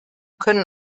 können